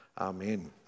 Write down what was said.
Amen